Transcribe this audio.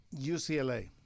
UCLA